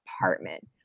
apartment